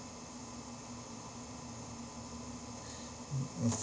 mm